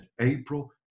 April